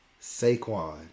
Saquon